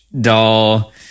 doll